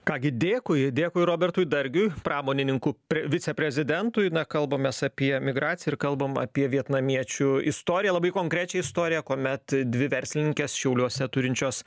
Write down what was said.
ką gi dėkui dėkui robertui dargiui pramonininkų pri viceprezidentui na kalbamės apie migraciją ir kalbam apie vietnamiečių istoriją labai konkrečią istoriją kuomet dvi verslininkės šiauliuose turinčios